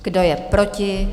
Kdo je proti?